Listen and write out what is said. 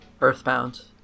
Earthbound